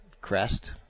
Crest